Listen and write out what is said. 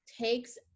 takes